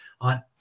on